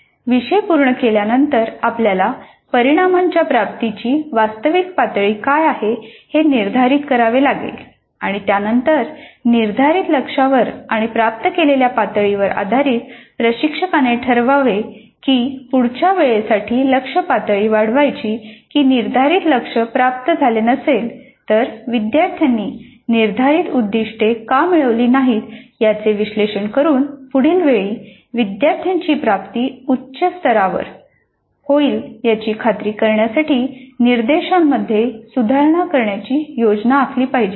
विषय पूर्ण केल्यानंतर आपल्याला परिणामांच्या प्राप्तीची वास्तविक पातळी काय आहे हे निर्धारित करावे लागेल आणि त्यानंतर निर्धारित लक्ष्यांवर आणि प्राप्त केलेल्या पातळीवर आधारीत प्रशिक्षकाने ठरवावे की पुढच्या वेळेसाठी लक्ष्य पातळी वाढवायची की निर्धारित लक्ष्य प्राप्त झाले नसेल तर विद्यार्थ्यांनी निर्धारित उद्दिष्टे का मिळविली नाहीत याचे विश्लेषण करून पुढील वेळी विद्यार्थ्यांची प्राप्ती उच्च स्तरावर होईल याची खात्री करण्यासाठी निर्देशांमध्ये सुधारणा करण्याची योजना आखली पाहिजे